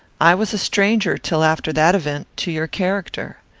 i was a stranger, till after that event, to your character.